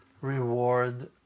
reward